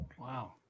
Wow